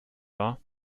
wahr